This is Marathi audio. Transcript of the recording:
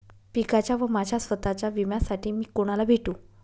पिकाच्या व माझ्या स्वत:च्या विम्यासाठी मी कुणाला भेटू?